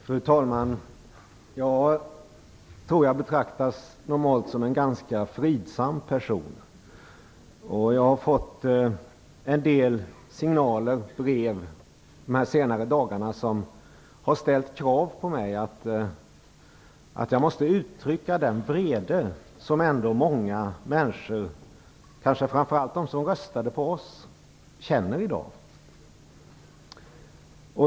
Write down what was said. Fru talman! Jag tror att jag normalt betraktas om en ganska fridsam person. Jag har fått en del signaler och brev under den senare tiden där det ställs krav på mig att uttrycka den vrede som många människor, kanske framför allt de som röstade på oss, känner i dag.